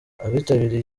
abitabiriye